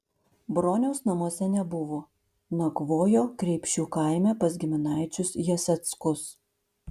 broniaus namuose nebuvo nakvojo kreipšių kaime pas giminaičius jaseckus